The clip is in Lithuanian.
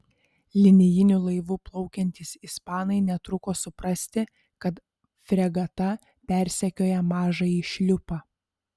linijiniu laivu plaukiantys ispanai netruko suprasti kad fregata persekioja mažąjį šliupą